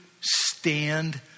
stand